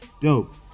Dope